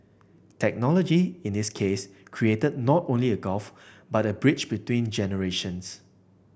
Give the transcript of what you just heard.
technology in this case created not a gulf but a bridge between generations